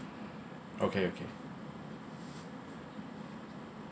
okay okay